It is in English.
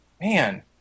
Man